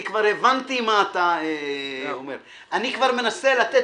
אני כבר הבנתי מה אתה --- אני כבר מנסה לתת